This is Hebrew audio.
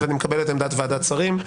ואני מקבל את עמדת ועדת השרים,